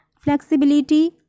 flexibility